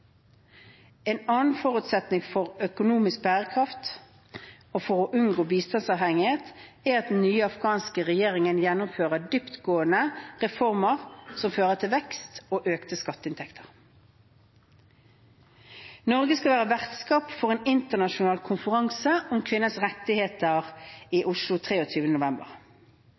En annen forutsetning for økonomisk bærekraft og for å unngå bistandsavhengighet er at den nye afghanske regjeringen gjennomfører dyptgående reformer som fører til vekst og økte skatteinntekter. Norge skal være vertskap for en internasjonal konferanse om kvinners rettigheter i Oslo 23. november.